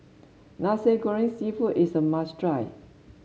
Nasi Goreng seafood is a must try